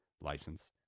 license